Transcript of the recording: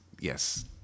Yes